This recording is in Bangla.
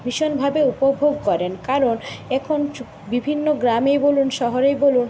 ভীষণভাবে উপভোগ করেন কারণ এখন বিভিন্ন গ্রামেই বলুন শহরেই বলুন